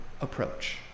approach